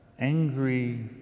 angry